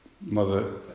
mother